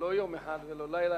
שלא יום אחד ולא לילה